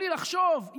בלי לחשוב,